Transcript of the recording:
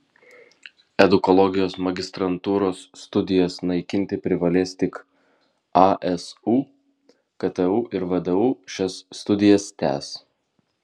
edukologijos magistrantūros studijas naikinti privalės tik asu ktu ir vdu šias studijas tęs